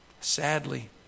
sadly